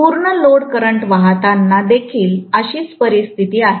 पूर्ण load current वाहताना देखील अशीच परिस्थिती आहे